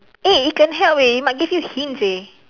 eh it can help eh it might give you hints eh